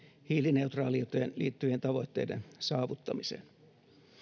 hiilineutraaliuteen liittyvien tavoitteiden saavuttamiseen